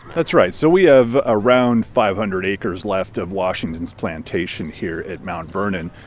that's right, so we have around five hundred acres left of washington's plantation here at mount vernon.